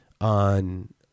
on